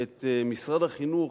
את משרד החינוך,